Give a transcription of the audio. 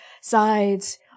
sides